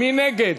מי נגד?